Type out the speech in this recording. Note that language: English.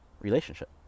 relationship